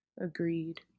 Agreed